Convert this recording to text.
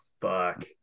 fuck